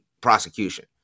prosecution